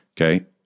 Okay